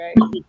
right